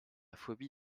phobie